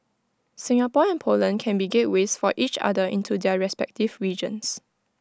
Singapore and Poland can be gateways for each other into their respective regions